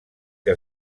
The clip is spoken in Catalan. que